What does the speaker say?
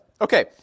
okay